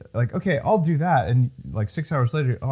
like, okay, i'll do that, and like six hours later,